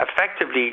Effectively